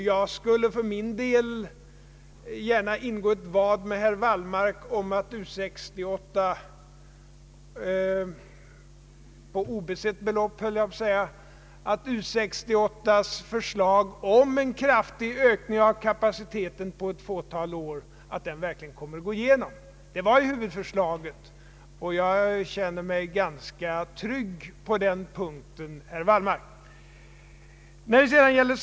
Jag skulle gärna ingå ett vad med herr Wallmark — på obesett belopp, skulle jag vilja säga — om att U 68:s förslag om en kraftig ökning av kapaciteten på ett fåtal år verkligen kommer att gå igenom. Det var ju huvudförslaget, och jag känner mig ganska trygg på den punkten, herr Wallmark.